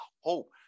hope